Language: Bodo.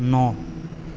न'